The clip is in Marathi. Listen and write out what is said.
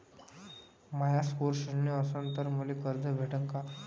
माया स्कोर शून्य असन तर मले कर्ज भेटन का?